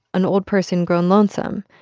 an old person grown lonesome,